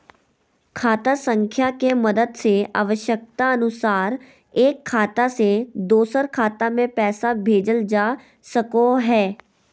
खाता संख्या के मदद से आवश्यकता अनुसार एक खाता से दोसर खाता मे पैसा भेजल जा सको हय